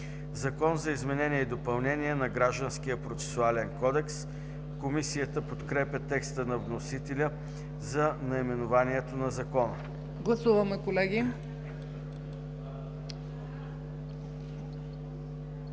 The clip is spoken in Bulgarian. „Закон за изменение и допълнение на Гражданския процесуален кодекс“. Комисията подкрепя текста на вносителя за наименованието на Закона. ПРЕДСЕДАТЕЛ